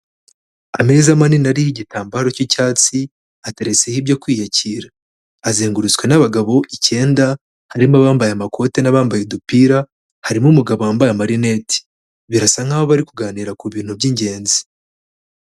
Ameza manini ariho igitambaro cy'icyatsi, ateretseho ibyo kwiyakira. Azengurutswe n'abagabo icyenda, harimo abambaye amakoti n'abambaye udupira, harimo umugabo wambaye amarineti. Birasa nk'aho bari kuganira ku bintu by'ingenzi.